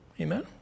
Amen